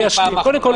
קודם כל,